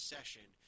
Session